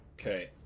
Okay